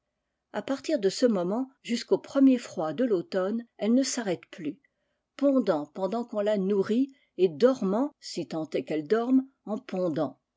a partir de ce moment jusqu'aux premiers froids de tautomne elle ne s'arrête plus pondant pendant qu'on la nourrit et dormant si tant est qu'elle dorme en pondant